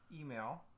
email